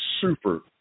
super